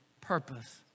purpose